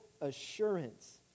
assurance